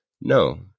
no